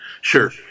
Sure